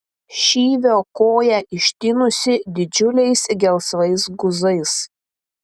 šyvio koja ištinusi didžiuliais gelsvais guzais